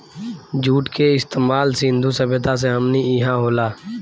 जुट के इस्तमाल सिंधु सभ्यता से हमनी इहा होला